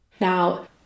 Now